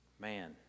Man